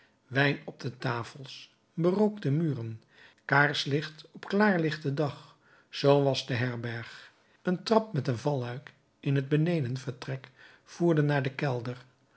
wijn op de tafels berookte muren kaarslicht op klaarlichten dag z was de herberg een trap met valluik in het benedenvertrek voerde naar den kelder